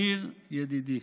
ניר ידידי,